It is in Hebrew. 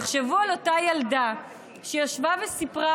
תחשבו על אותה ילדה שישבה וסיפרה,